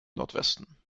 nordwesten